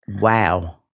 Wow